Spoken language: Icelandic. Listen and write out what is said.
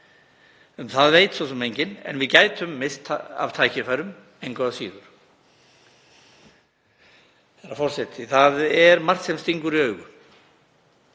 Um það veit svo sem enginn en við gætum misst af tækifærum engu að síður. Herra forseti. Það er margt sem stingur í augu.